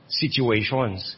situations